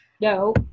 No